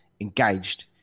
engaged